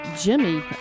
Jimmy